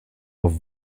auf